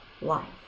life